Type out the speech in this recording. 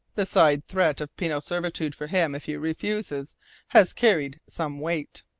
the side threat of penal servitude for him if he refuses has carried some weight.